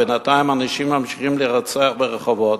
בינתיים אנשים ממשיכים להירצח ברחובות,